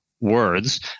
words